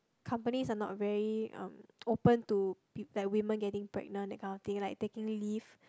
companies are not very um open to peo~ like women getting pregnant that kind of thing like taking leave